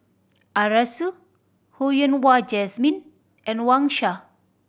Arasu Ho Yen Wah Jesmine and Wang Sha